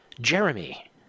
Jeremy